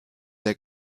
der